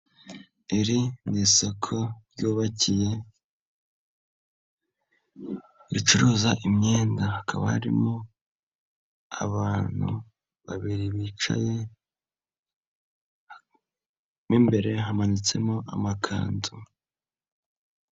Iri ni isoko ryubakiye ricuruza imyenda, hakaba harimo abantu babiri bicaye mo imbere hamanitsemo amakanzu.